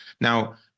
Now